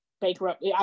bankrupt